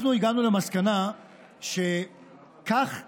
אנחנו הגענו למסקנה שכך אי-אפשר.